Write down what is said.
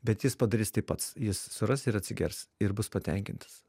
bet jis padarys tai pats jis suras ir atsigers ir bus patenkintas